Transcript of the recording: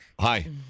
Hi